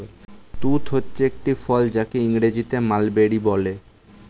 তুঁত হচ্ছে একটি ফল যাকে ইংরেজিতে মালবেরি বলে